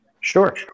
Sure